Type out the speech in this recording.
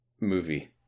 movie